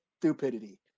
stupidity